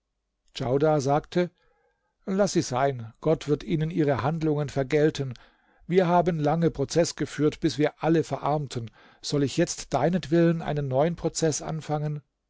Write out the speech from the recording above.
djaudar sagte laß sie sein gott wird ihnen ihre handlungen vergelten wir haben lange prozeß geführt bis wir alle verarmten soll ich jetzt deinetwillen einen neuen prozeß anfangen